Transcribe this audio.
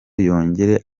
yongere